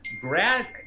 Grad